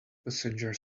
passenger